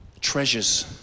treasures